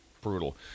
brutal